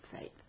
faith